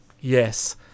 Yes